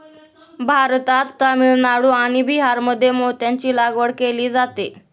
भारतात तामिळनाडू आणि बिहारमध्ये मोत्यांची लागवड केली जाते